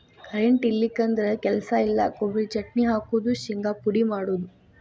current ಇಲ್ಲಿಕಂದ್ರ ಕೆಲಸ ಇಲ್ಲಾ, ಕೊಬರಿ ಚಟ್ನಿ ಹಾಕುದು, ಶಿಂಗಾ ಪುಡಿ ಮಾಡುದು